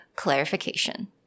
clarification